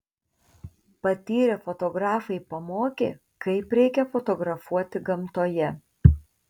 patyrę fotografai pamokė kaip reikia fotografuoti gamtoje